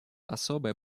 особое